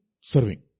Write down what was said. serving